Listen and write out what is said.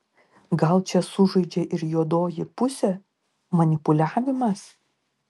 gal čia sužaidžia ir juodoji pusė manipuliavimas